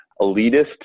elitist